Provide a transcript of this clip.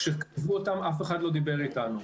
כשכתבו אותן אף אחד לא דיבר איתנו.